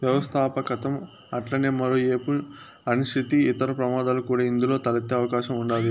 వ్యవస్థాపకతం అట్లనే మరో ఏపు అనిశ్చితి, ఇతర ప్రమాదాలు కూడా ఇందులో తలెత్తే అవకాశం ఉండాది